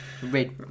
Red